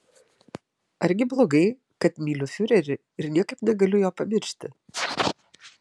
argi blogai kad myliu fiurerį ir niekaip negaliu jo pamiršti